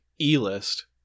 e-list